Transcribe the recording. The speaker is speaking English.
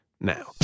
now